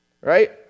Right